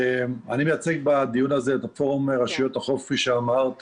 מייצג בדיון הזה את פורום רשויות החוף כפי שאמרת,